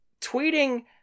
tweeting